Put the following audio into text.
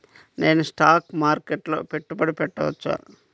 నేను స్టాక్ మార్కెట్లో పెట్టుబడి పెట్టవచ్చా?